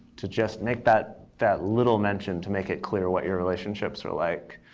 to just make that that little mention to make it clear what your relationships are like.